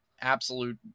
absolute